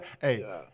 Hey